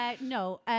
No